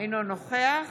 אינו נוכח